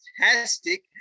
fantastic